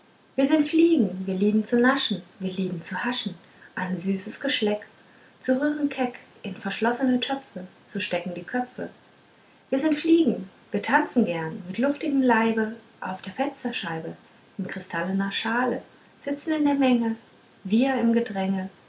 wir sind fliegen wir lieben zu naschen wir lieben zu haschen an süßes geschleck zu rühren keck in verschlossene töpfe zu stecken die köpfe wir sind fliegen wir tanzen gern mit luftigem leibe auf der fensterscheibe in kristallner schale sitzen in menge wir im gedränge